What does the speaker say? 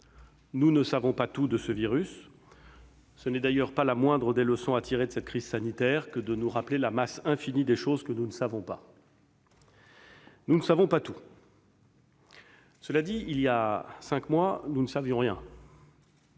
Nous ne savons pas tout de ce virus- ce n'est d'ailleurs pas la moindre des leçons à tirer de cette crise sanitaire que de nous rappeler la masse infinie des choses que nous ne savons pas. Cela dit, il y a cinq mois, nous ne savions rien.